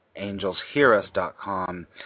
AngelsHearUs.com